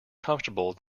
comfortable